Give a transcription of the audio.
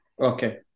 Okay